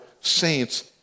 saints